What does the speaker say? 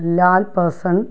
Lal person